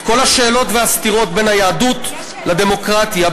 את כל השאלות והסתירות בין היהדות לדמוקרטיה,